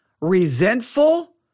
Resentful